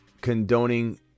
condoning